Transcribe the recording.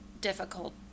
difficult